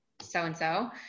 so-and-so